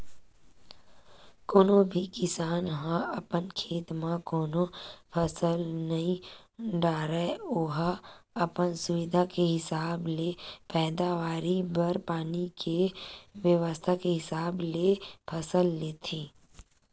कोनो भी किसान ह अपन खेत म कोनो फसल नइ डारय ओहा अपन सुबिधा के हिसाब ले पैदावारी बर पानी के बेवस्था के हिसाब ले फसल लेथे